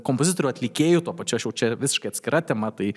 kompozitorių atlikėjų tuo pačiu aš jau čia visiškai atskira tema tai